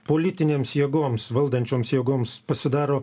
politinėms jėgoms valdančioms jėgoms pasidaro